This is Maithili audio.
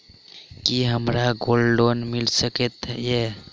की हमरा गोल्ड लोन मिल सकैत ये?